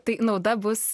tai nauda bus